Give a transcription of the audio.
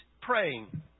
praying